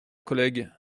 collègues